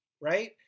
right